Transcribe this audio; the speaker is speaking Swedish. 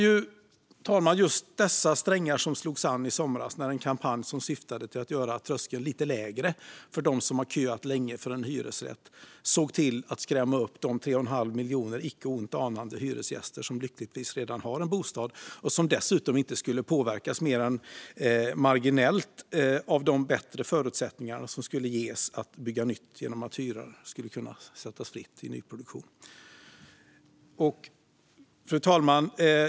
Det var just dessa strängar som slogs an i somras när en kampanj som syftade till att göra tröskeln lite lägre för dem som har köat länge för en hyresrätt i stället såg till att skrämma 3 1⁄2 miljon icke ont anande hyresgäster som lyckligtvis redan har en bostad och som dessutom inte skulle påverkas mer än marginellt av de bättre förutsättningar som skulle ges att bygga nytt genom fri hyressättning i nyproduktion. Fru talman!